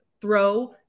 throw